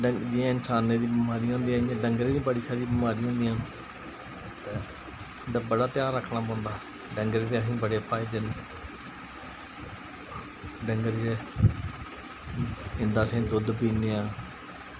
जियां इंसानें गी बमारियां होंदियां इ'यां गै डंगरें गी बी बड़ियां सारियां बमारियां होंदियां ते उंदा बड़ा ध्यान रक्खना पौंदा ते डंगरें दे बी असेंगी बड़े फायदे न डंगर जेह्ड़े इं'दा अस दुद्ध पीन्ने आं